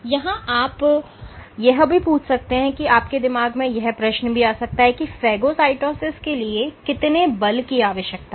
यहां आप यह भी पूछ सकते हैं या आपके दिमाग में यह प्रश्न भी आ सकता है कि फेगोसाइटोसिस के लिए कितने बल की आवश्यकता है